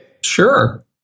Sure